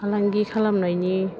फालांगि खालामनायनि